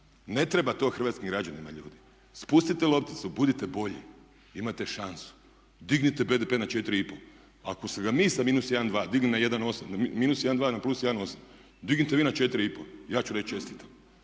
ne treba to hrvatskim građanima ljudi. Spustite lopticu, budite bolji, imate šansu. Dignite BDP na 4,5. Ako smo ga mi sa -1,2 digli na 1,8, sa -1,2 na +1,8, dignite vi na 4,5, ja ću reći čestitam.